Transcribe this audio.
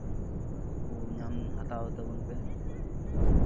ᱠᱚ ᱧᱟᱢ ᱦᱟᱛᱟᱣ ᱛᱟᱵᱚᱱ ᱯᱮ